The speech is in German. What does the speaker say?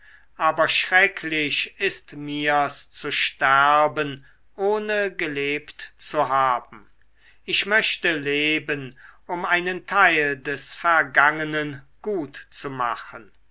aber schrecklich ist mirs zu sterben ohne gelebt zu haben ich möchte leben um einen teil des vergangenen gutzumachen